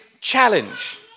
challenge